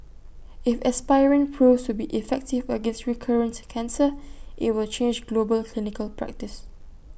if aspirin proves to be effective against recurrent cancer IT will change global clinical practice